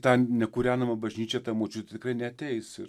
tą nekūrenamą bažnyčią ta močiutė tikrai neateis ir